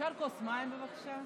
בואו נסגור את המליאה,